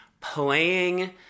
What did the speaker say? playing